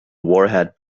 warhead